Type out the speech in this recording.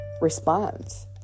response